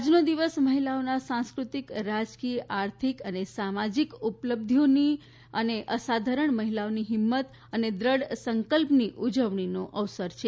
આજનો દિવસ મહિલાઓના સાંસ્કૃતિક રાજકીય આર્થિક અને સામાજીક ઉપલબ્ધિઓની અને અસાધારણ મહિલાઓની હિંમત અને દ્રઢ સંકલ્પની ઉજવણીનો અવસર છે